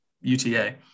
UTA